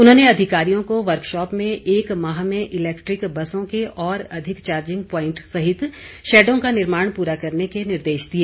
उन्होंने अधिकारियों को वर्कशॉप में एक माह में इलैक्ट्रिक बसों के और अधिक चार्जिंग प्वाईट सहित शैडों का निर्माण पूरा करने के निर्देश दिए